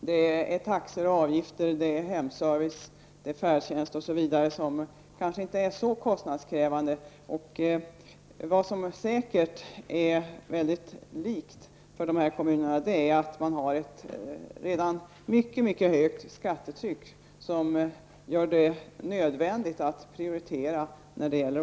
Det är taxor och avgifter, hemservice, färdtjänst osv. som kanske inte är så kostnadskrävande. I ett avseende är de här kommunerna säkert mycket lika varandra, och det är att de har mycket mycket högt skattetryck, som gör det nödvändigt att prioritera.